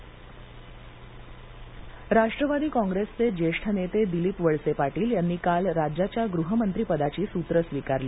वळसे पाटील मंबई राष्ट्रवादी कॉप्रेसचे ज्येष्ठ नेते दिलीप वळसे पाटील यांनी काल राज्याच्या गृहमंत्री पदाची सूत्र स्वीकारली